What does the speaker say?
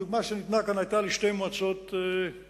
הדוגמה שניתנה כאן היתה לשתי מועצות מקומיות,